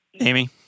Amy